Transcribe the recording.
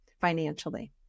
financially